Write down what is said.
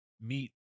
meet